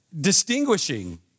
distinguishing